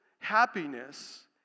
Happiness